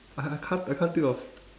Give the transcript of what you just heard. I I can't I can't think of